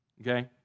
Okay